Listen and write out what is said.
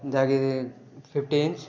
ଯାହାକି fifty inch